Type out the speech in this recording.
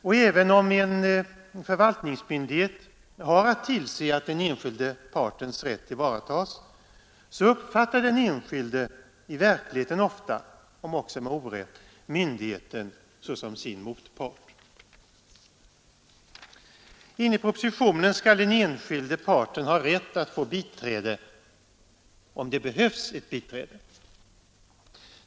Och även om en förvaltningsmyndighet har att tillse att den enskilde partens rätt tillvaratas, så uppfattar den enskilde i verkligheten ofta — om också med orätt — myndigheten såsom sin motpart. Enligt propositionen skall den enskilde parten ha rätt att få biträde, om det behövs ett biträde.